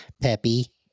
Peppy